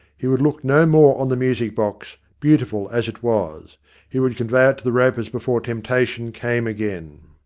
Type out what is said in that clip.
he would look no more on the music box, beautiful as it was he would convey it to the ropers before tempt ation came again.